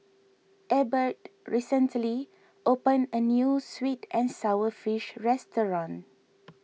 Ebert recently opened a New Sweet and Sour Fish restaurant